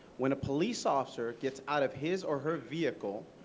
when a police officer gets out of his or her vehicle,